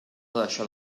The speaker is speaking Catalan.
deixar